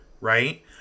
right